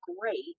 great